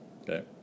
okay